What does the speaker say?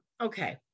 Okay